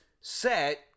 set